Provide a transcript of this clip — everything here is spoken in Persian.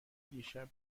دیشب